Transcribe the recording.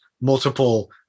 multiple